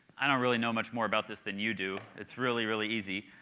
i don't really know much more about this than you do. it's really, really easy.